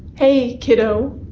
hey kiddo!